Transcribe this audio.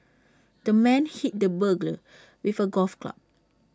the man hit the burglar with A golf club